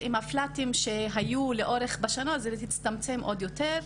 ועם הפלאטים שהיו לאורך השנה זה הצטמצם עוד יותר.